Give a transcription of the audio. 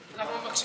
אנחנו מבקשים,